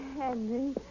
Henry